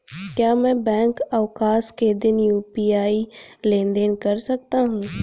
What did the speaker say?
क्या मैं बैंक अवकाश के दिन यू.पी.आई लेनदेन कर सकता हूँ?